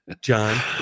john